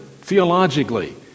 theologically